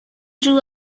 drew